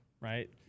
right